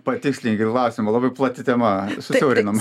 patikslinkit klausimą labai plati tema susiaurinam